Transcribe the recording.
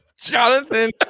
jonathan